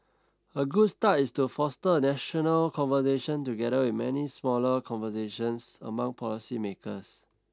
a good start is to foster national conversation together with many smaller conversations among policy makers